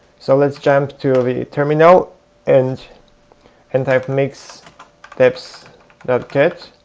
so let's jump to the terminal and and type mix deps get,